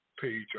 page